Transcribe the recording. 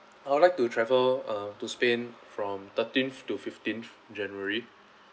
I would like to travel uh to spain from thirteenth to fifteenth january